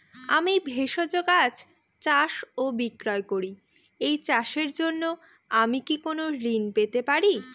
আমি ভেষজ গাছ চাষ ও বিক্রয় করি এই চাষের জন্য আমি কি কোন ঋণ পেতে পারি?